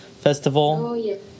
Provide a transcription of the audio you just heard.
festival